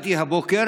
הבנתי הבוקר